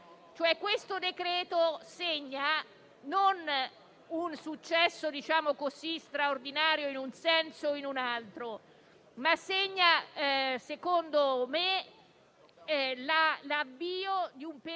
Questo decreto-legge segna non un successo straordinario, in un senso o in un altro, ma segna, a mio avviso, l'avvio di un periodo